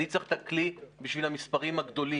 אני צריך את הכלי בשביל המספרים הגדולים.